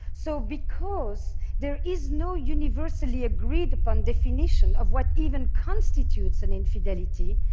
so because there is no universally agreed-upon definition of what even constitutes an infidelity,